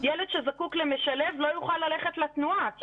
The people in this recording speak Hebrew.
ילד שזקוק למשלב לא יוכל ללכת לתנועה כי